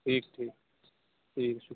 ٹھیک ٹھیک ٹھیک شُکر